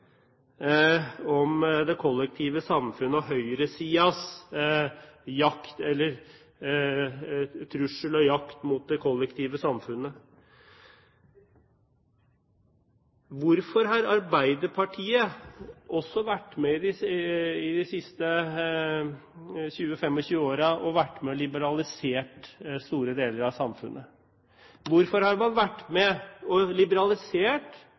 om det kollektive samfunn og høyresidens trussel mot og jakt på det kollektive samfunnet. Hvorfor har også Arbeiderpartiet vært med de siste 20–25 årene og liberalisert store deler av samfunnet? Hvorfor har man vært med og liberalisert